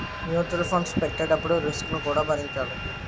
mutual funds పెట్టేటప్పుడు risk ను కూడా భరించాలి